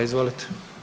Izvolite.